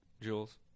Jules